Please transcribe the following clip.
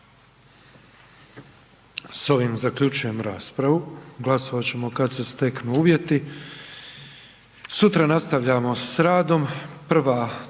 S ovim zaključujem raspravu. Glasovat ćemo kad se steknu uvjeti. Sutra nastavljamo s radom.